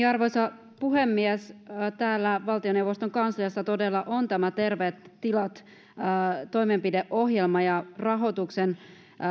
arvoisa puhemies täällä valtioneuvoston kanslia pääluokassa todella on tämä terveet tilat toimenpideohjelma ja rahoituksen